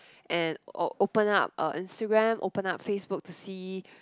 and open up uh Instagram open up FaceBook to see